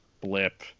blip